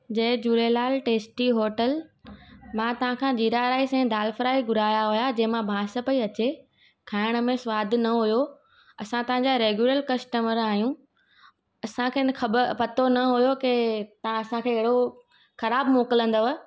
जय Jhulelal tasty hotel मां तव्हांखां jeera rice ऐं दाल फ्राइ घुराया हुया जंहिंमां बांस पई अचे खाइण में स्वादु न हुयो असां तव्हांजा रैगुलर कस्टमर आहियूं असांखे न ख़बर पतो न हुयो के तव्हां असांखे अहिड़ो ख़राब मोकिलंदव